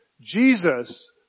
Jesus